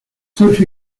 such